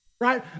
Right